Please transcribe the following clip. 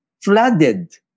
flooded